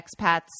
expats